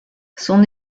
son